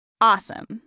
Awesome